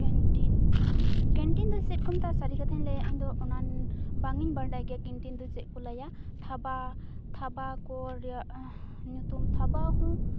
canteen canteen ᱫᱚ ᱪᱮᱫᱠᱚ ᱢᱮᱛᱟᱜᱼᱟ ᱥᱟᱹᱨᱤ ᱠᱟᱛᱷᱟᱧ ᱞᱟᱹᱭᱟ ᱤᱧᱫᱚ ᱚᱱᱟᱱ ᱵᱟᱝᱤᱧ ᱵᱟᱰᱟᱭ ᱜᱮᱭᱟ ᱠᱮᱱᱴᱤᱱ ᱫᱚ ᱪᱮᱫᱠᱚ ᱞᱟᱹᱭᱟ ᱛᱷᱟᱵᱟ ᱛᱷᱟᱵᱟᱠᱚ ᱨᱮᱭᱟᱜ ᱧᱩᱛᱩᱢ ᱛᱷᱟᱵᱟ ᱦᱚᱸ